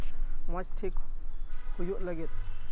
ᱢᱚᱡᱽ ᱴᱷᱤᱠ ᱦᱩᱭᱩᱜ ᱞᱟᱹᱜᱤᱫ